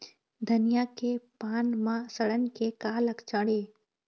धनिया के पान म सड़न के का लक्षण ये?